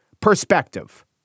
perspective